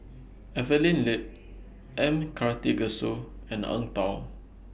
Evelyn Lip M Karthigesu and Eng Tow